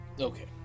Okay